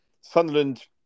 Sunderland